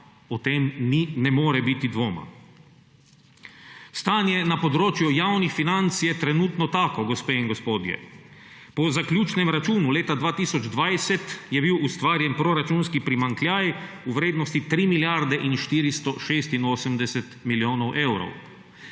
o tem ne more biti dvoma. Stanje na področju javnih financ je trenutno tako, gospe in gospodje. Po zaključnem računu leta 2020 je bil ustvarjen proračunski primanjkljaj v vrednosti 3 milijarde in 486 milijonov evrov.